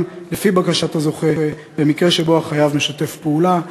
לפי בקשת הזוכה במקרה שבו החייב משתף פעולה.